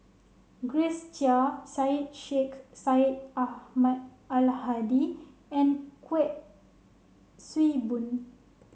Grace Chia Syed Sheikh Syed Ahmad Al Hadi and Kuik Swee Boon